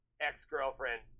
ex-girlfriend